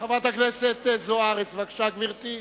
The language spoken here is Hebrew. חברת הכנסת אורית זוארץ, בבקשה, גברתי.